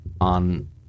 on